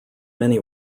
many